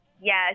Yes